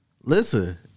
Listen